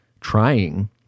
trying